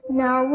now